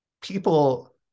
people